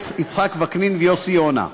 יצחק וקנין ויוסי יונה.